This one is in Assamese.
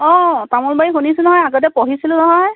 অঁ তামোলবাৰী শুনিছিলোঁ নহয় আগতে পঢ়িছোঁ নহয়